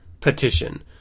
petition